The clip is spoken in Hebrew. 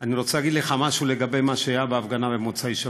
אני רוצה להגיד לך משהו לגבי מה שהיה בהפגנה במוצאי שבת.